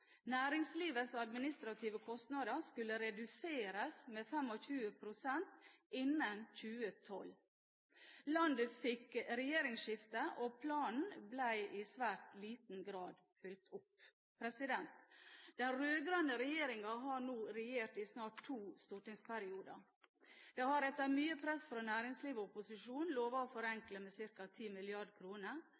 Næringslivets administrative kostnader skulle reduseres med 25 pst. innen 2012. Landet fikk regjeringsskifte, og planen ble i svært liten grad fulgt opp. Den rød-grønne regjeringen har nå regjert i snart to stortingsperioder. De har etter mye press fra næringsliv og opposisjon lovet å forenkle med